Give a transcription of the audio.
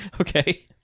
Okay